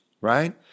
right